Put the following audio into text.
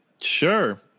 sure